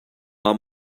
our